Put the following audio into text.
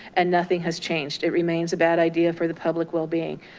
and nothing has changed, it remains a bad idea for the public wellbeing.